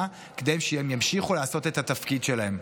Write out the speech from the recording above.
כדי שהם ימשיכו לעשות את התפקיד שלהם.